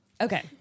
Okay